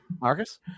Marcus